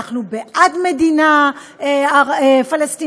אנחנו בעד מדינה פלסטינית,